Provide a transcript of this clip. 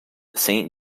saint